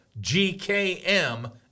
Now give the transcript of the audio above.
GKM